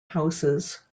houses